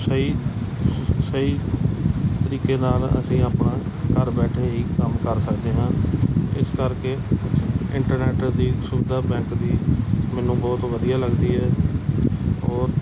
ਸਹੀ ਸ ਸਹੀ ਤਰੀਕੇ ਨਾਲ ਅਸੀਂ ਆਪਣਾ ਘਰ ਬੈਠੇ ਹੀ ਕੰਮ ਕਰ ਸਕਦੇ ਹਾਂ ਇਸ ਕਰਕੇ ਇੰਟਰਨੈਟ ਦੀ ਸੁਵਿਧਾ ਬੈਂਕ ਦੀ ਮੈਨੂੰ ਬਹੁਤ ਵਧੀਆ ਲੱਗਦੀ ਹੈ ਔਰ